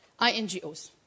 INGOs